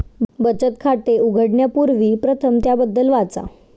बचत खाते उघडण्यापूर्वी प्रथम त्याबद्दल वाचा